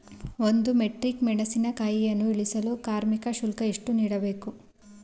ಒಂದು ಮೆಟ್ರಿಕ್ ಮೆಣಸಿನಕಾಯಿಯನ್ನು ಇಳಿಸಲು ಕಾರ್ಮಿಕ ಶುಲ್ಕ ಎಷ್ಟು ನೀಡಬೇಕು?